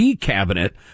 cabinet